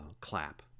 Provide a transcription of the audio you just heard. clap